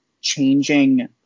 changing